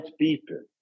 people